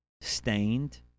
stained